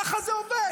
ככה זה עובד.